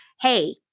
Hey